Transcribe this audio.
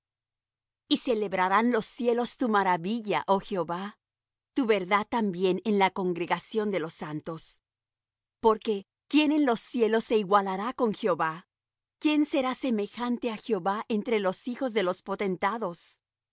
y celebrarán los cielos tu maravilla oh jehová tu verdad también en la congregación de los santos porque quién en los cielos se igualará con jehová quién será semejante á jehová entre los hijos de los potentados dios